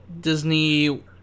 Disney